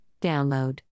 Download